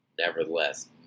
Nevertheless